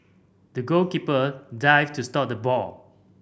the goalkeeper dived to stop the ball